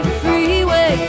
freeway